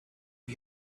you